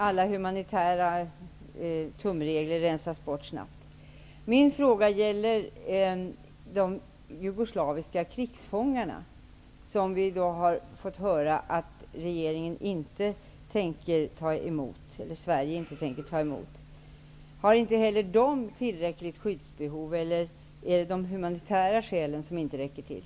Alla humanitära tumregler har snabbt rensats bort. Min fråga gäller de jugoslaviska krigsfångar som Sverige inte tänker ta emot. Har inte heller de tillräckligt skyddsbehov, eller är det de humanitära skälen som är otillräckliga?